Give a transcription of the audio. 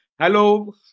Hello